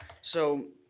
so,